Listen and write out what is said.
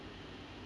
oh